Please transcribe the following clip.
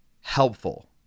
helpful